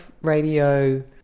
radio